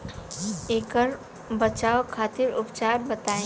ऐकर बचाव खातिर उपचार बताई?